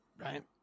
Right